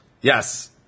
Yes